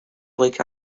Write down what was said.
lake